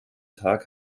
tag